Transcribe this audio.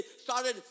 started